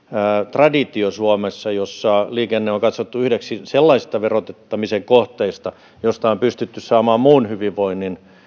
traditio suomessa jossa liikenne on katsottu yhdeksi sellaisista verottamisen kohteista joista on pystytty saamaan muun hyvinvoinnin